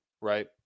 right